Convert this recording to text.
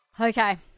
Okay